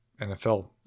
NFL